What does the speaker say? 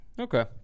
Okay